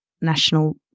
national